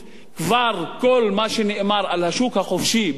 כל מה שנאמר על השוק החופשי בישראל,